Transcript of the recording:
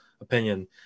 opinion